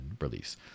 release